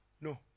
no